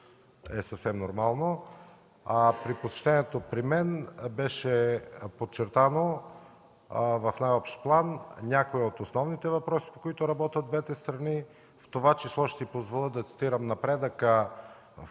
е съвсем нормално. А на посещението при мен в най-общ план бяха подчертани някои от основните въпроси, по които работят двете страни. В това число ще си позволя да цитирам напредъка